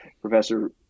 professor